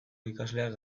ikasleak